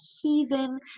heathen